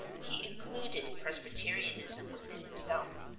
he included presbyterianism within himself.